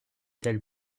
telle